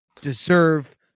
deserve